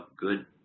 good